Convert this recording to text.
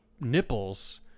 nipples